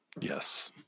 Yes